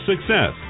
success